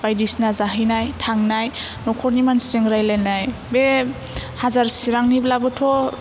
बायदिसिना जाहैनाय थांनाय नखरनि मानसिजों रायलायनाय बे हाजार चिरांनिब्लाबोथ'